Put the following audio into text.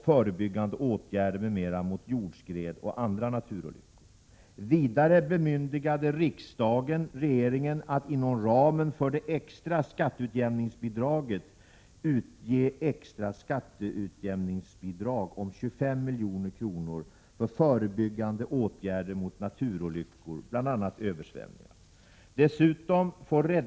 3) För innevarande år har regeringen efter prövning av inkomna ansökningar beviljat bidrag till ett antal kommuner.